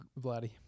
Vladdy